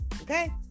Okay